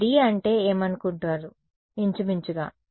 మీరు D అంటే ఏమనుకుంటారు ఇంచుమించుగా